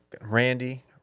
Randy